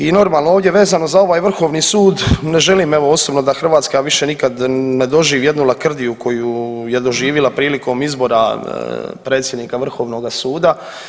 I normalno, ovdje vezano za ovaj vrhovni sud ne želim evo osobno da Hrvatska više nikad ne doživi jednu lakrdiju koju je doživjela prilikom izbora predsjednika vrhovnoga suda.